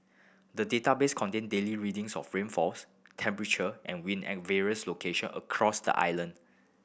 the database contain daily readings of rainfalls temperature and wind at various location across the island